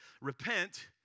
repent